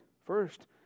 First